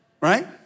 Right